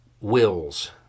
wills